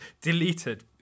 deleted